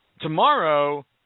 tomorrow